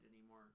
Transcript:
anymore